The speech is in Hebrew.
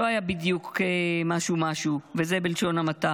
לא היה בדיוק משהו משהו, וזה בלשון המעטה.